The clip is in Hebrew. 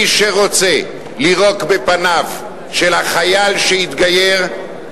מי שרוצה לירוק בפניו של החייל שהתגייר